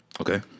Okay